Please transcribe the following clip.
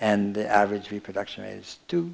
and the average reproduction is two